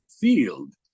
field